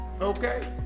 Okay